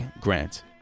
Grant